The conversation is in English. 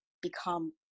become